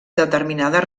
determinades